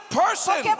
person